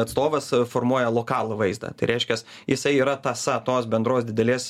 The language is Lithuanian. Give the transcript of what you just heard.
atstovas formuoja lokalų vaizdą tai reiškias jisai yra tąsa tos bendros didelės